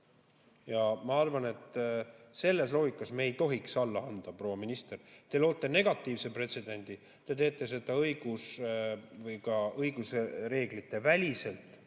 Ja ma arvan, et selles loogikas me ei tohiks alla anda, proua minister. Te loote negatiivse pretsedendi. Te teete seda ka õiguse reeglite väliselt,